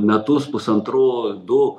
metus pusantrų du